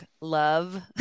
love